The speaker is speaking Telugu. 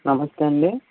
నమస్తే అండి